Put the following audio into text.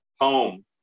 home